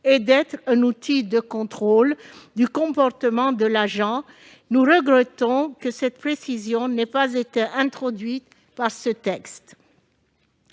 est d'être un outil de contrôle du comportement de l'agent. Nous regrettons que cette précision n'ait pas été introduite dans le texte.